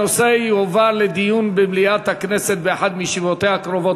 הנושא יועבר לדיון במליאת הכנסת באחת מישיבותיה הקרובות.